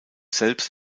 selbst